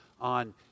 on